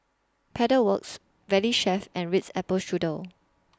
Pedal Works Valley Chef and Ritz Apple Strudel